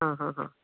आं हां हां